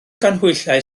ganhwyllau